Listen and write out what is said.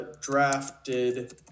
drafted